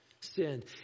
sinned